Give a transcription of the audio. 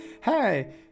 hey